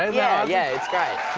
a yeah yeah it's great.